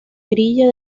grilla